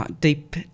deep